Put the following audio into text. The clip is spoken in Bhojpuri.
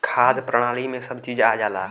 खाद्य प्रणाली में सब चीज आ जाला